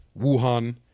Wuhan